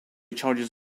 charges